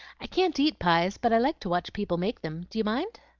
i can't eat pies, but i like to watch people make them. do you mind?